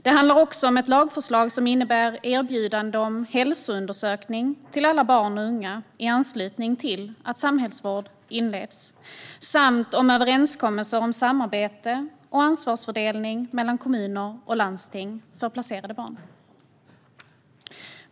Det handlar också om ett lagförslag som innebär erbjudande om hälsoundersökning till alla barn och unga i anslutning till att samhällsvård inleds samt om överenskommelser om samarbete och ansvarsfördelning mellan kommuner och landsting för placerade barn.